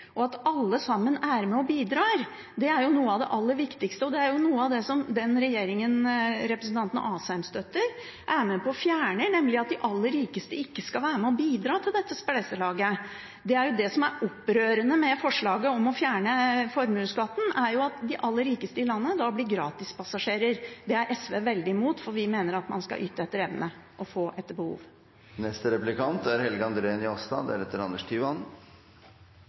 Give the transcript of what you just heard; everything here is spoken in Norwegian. og at alle sammen er med og bidrar. Det er jo noe av det aller viktigste og noe av det som den regjeringen representanten Asheim støtter, er med på å fjerne, nemlig at de aller rikeste ikke skal være med og bidra til dette spleiselaget. Det som er opprørende med forslaget om å fjerne formuesskatten, er jo at de aller rikeste i landet da blir gratispassasjerer. Det er SV veldig imot, for vi mener at man skal yte etter evne og få etter behov.